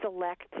select